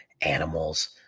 Animals